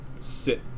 sit